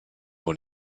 wohl